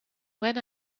when